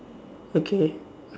okay